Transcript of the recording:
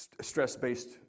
stress-based